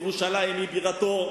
ירושלים היא בירתו,